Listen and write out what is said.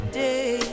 day